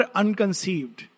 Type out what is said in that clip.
unconceived